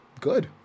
Good